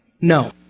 No